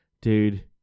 Dude